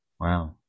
Wow